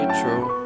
true